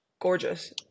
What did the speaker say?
gorgeous